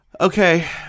okay